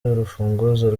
urufunguzo